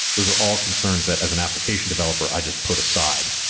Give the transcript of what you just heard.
those are all concerns that as an application developer i just put aside,